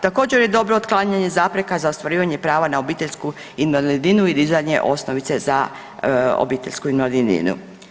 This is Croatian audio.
Također je dobro otklanjanje zapreka za ostvarivanje prava na obiteljsku invalidninu i dizanje osnovice za obiteljsku invalidninu.